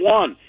one